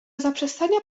zaprzestania